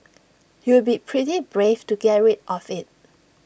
you'd be pretty brave to get rid of IT